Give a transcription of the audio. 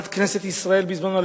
מעל בימת כנסת ישראל בזמנו,